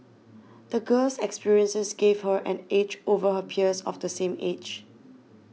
the girl's experiences gave her an edge over her peers of the same age